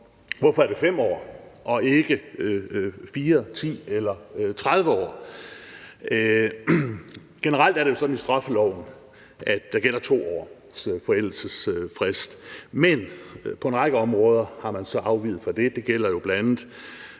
hvorfor det er 5 år og ikke 4, 10 eller 30 år. Generelt er det jo sådan i straffeloven, at der gælder 2 års forældelsesfrist, men på en række områder har man afveget fra det. Det gælder bl.a.